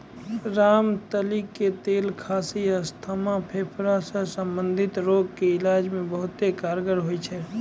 रामतिल के तेल खांसी, अस्थमा, फेफड़ा सॅ संबंधित रोग के इलाज मॅ बहुत कारगर होय छै